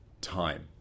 time